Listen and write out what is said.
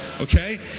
Okay